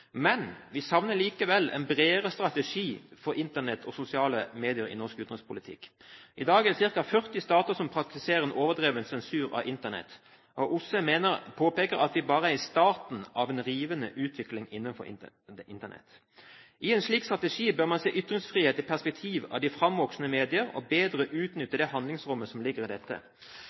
Vi savner likevel en bredere strategi for Internett og sosiale medier i norsk utenrikspolitikk. I dag er det ca. 40 stater som praktiserer en overdreven sensur av Internett. OSSE påpeker at vi bare er i starten av en rivende utvikling innenfor Internett. I en slik strategi bør man se ytringsfriheten i perspektiv av de framvoksende medier, og bedre utnytte det handlingsrommet som ligger i dette.